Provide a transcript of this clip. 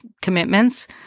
commitments